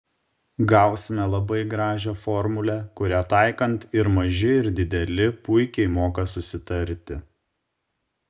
gausime labai gražią formulę kurią taikant ir maži ir dideli puikiai moka susitarti